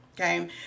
Okay